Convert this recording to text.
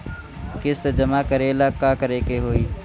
किस्त जमा करे ला का करे के होई?